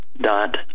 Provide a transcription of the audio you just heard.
dot